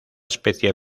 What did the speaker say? especie